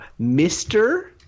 Mr